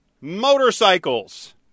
motorcycles